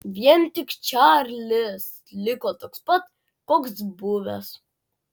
vien tik čarlis liko toks pat koks buvęs